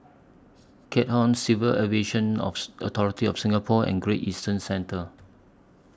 Keat Hong Civil Aviation Authority of Singapore and Great Eastern Centre